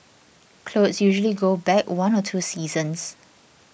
clothes usually go back one or two seasons